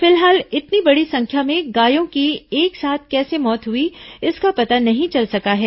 फिलहाल इतनी बड़ी संख्या में गायों की एक साथ कैसे मौत हुई इसका पता नहीं चल सका है